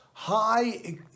high